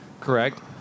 correct